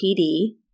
PD